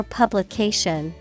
publication